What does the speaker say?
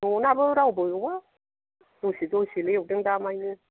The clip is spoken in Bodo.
न'नाबो रावबो एवा दसे दसेल' एवदों दा मानि